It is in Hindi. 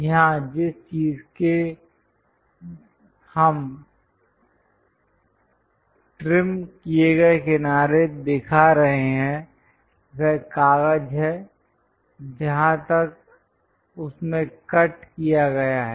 यहां जिस चीज के हम ट्रिम किए गए किनारे दिखा रहे हैं वह कागज है जहां तक उसमे कट किया गया है